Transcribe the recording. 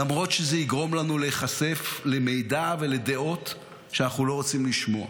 למרות שזה יגרום לנו להיחשף למידע ולדעות שאנחנו לא רוצים לשמוע.